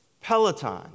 Peloton